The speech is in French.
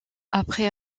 après